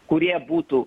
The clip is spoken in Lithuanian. kurie būtų